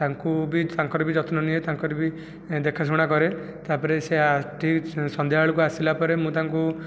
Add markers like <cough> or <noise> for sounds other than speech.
ତାଙ୍କୁ ବି ତାଙ୍କର ବି ଯତ୍ନ ନିଏ ତାଙ୍କର ବି ଦେଖାଶୁଣା କରେ ତା' ପରେ ସେ <unintelligible> ସନ୍ଧ୍ୟା ବେଳକୁ ଆସିଲା ପରେ ମୁଁ ତାଙ୍କୁ